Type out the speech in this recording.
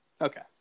Okay